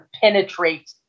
penetrate